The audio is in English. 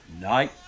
Night